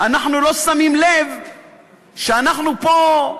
אנחנו לא שמים לב שאנחנו פה,